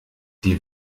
die